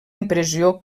impressió